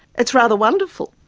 it's rather wonderful.